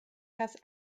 das